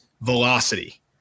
velocity